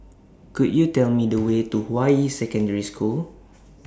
Could YOU Tell Me The Way to Hua Yi Secondary School